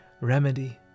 remedy